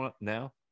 now